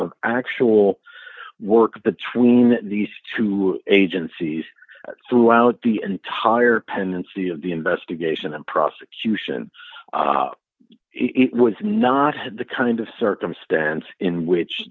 of actual work between these two agencies throughout the entire pendency of the investigation and prosecution it was not the kind of circumstance in which